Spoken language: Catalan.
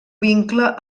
vincle